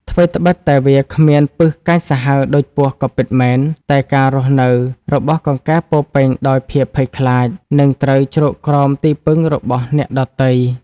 ថ្វីត្បិតតែវាគ្មានពិសកាចសាហាវដូចពស់ក៏ពិតមែន តែការស់នៅរបស់កង្កែបពោរពេញដោយភាពភ័យខ្លាច និងត្រូវជ្រកក្រោមទីពឹងរបស់អ្នកដទៃ។